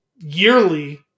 yearly